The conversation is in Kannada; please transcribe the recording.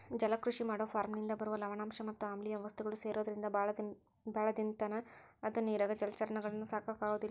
ಜಲಕೃಷಿ ಮಾಡೋ ಫಾರ್ಮನಿಂದ ಬರುವ ಲವಣಾಂಶ ಮತ್ ಆಮ್ಲಿಯ ವಸ್ತುಗಳು ಸೇರೊದ್ರಿಂದ ಬಾಳ ದಿನದತನ ಅದ ನೇರಾಗ ಜಲಚರಗಳನ್ನ ಸಾಕಾಕ ಆಗೋದಿಲ್ಲ